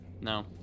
No